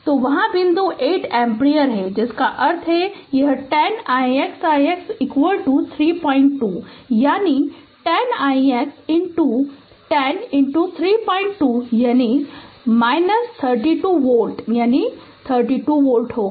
तो वहाँ बिंदु 8 एम्पीयर है जिसका अर्थ है यह 10 ix ix 32 है यानी यह 10 ix 1032 यानी 32 वोल्ट यानी 32 वोल्ट होगा